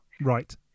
Right